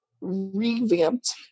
revamped